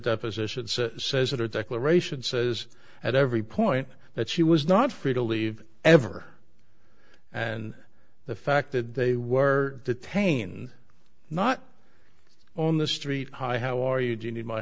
deposition says that her declaration says at every point that she was not free to leave ever and the fact that they were detained not on the street hi how are you do you need my